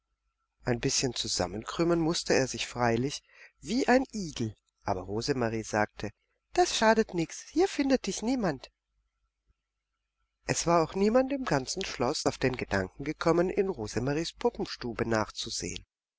ein bißchen zusammenkrümmen mußte er sich freilich wie ein igel aber rosemarie sagte das schadet nichts hier findet dich niemand es war auch niemand im ganzen schloß auf den gedanken gekommen in rosemaries puppenstube nachzusehen